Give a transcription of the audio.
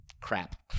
crap